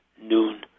noon